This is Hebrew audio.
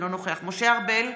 אינו נוכח משה ארבל,